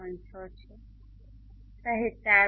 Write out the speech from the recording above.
6 છે સહેજ 4